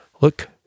Look